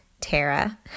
Tara